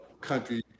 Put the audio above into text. country